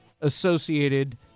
associated